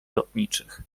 lotniczych